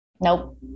Nope